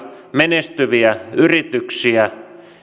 menestyviä yrityksiä ja jos meidän